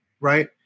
right